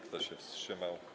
Kto się wstrzymał?